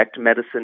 medicine